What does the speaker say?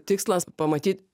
tikslas pamatyt